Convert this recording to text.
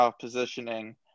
positioning